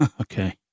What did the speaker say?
Okay